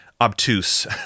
obtuse